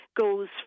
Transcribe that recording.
goes